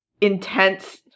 intense